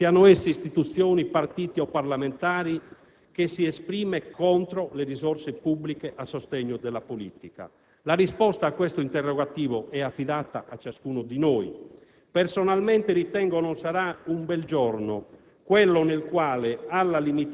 Perché, allora, continua questa forte campagna che investe determinati soggetti, siano essi istituzioni, partiti o parlamentari e che si esprime contro le risorse pubbliche a sostegno della politica? La risposta a tale interrogativo è affidata a ciascuno di noi.